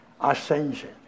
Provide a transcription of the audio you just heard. ascension